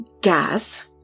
gas